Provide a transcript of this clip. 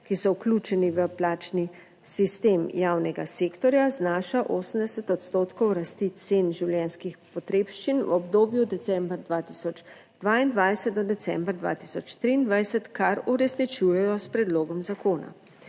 ki so vključeni v plačni sistem javnega sektorja, znaša 80 odstotkov rasti cen življenjskih potrebščin v obdobju december 2022 do december 2023, kar uresničujejo s predlogom zakona.